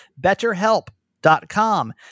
betterhelp.com